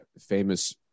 famous